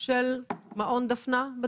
של מעון דפנה?